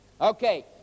Okay